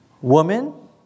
Woman